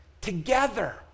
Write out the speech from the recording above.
together